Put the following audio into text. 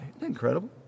Incredible